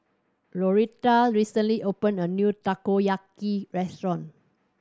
Loretta recently opened a new Takoyaki restaurant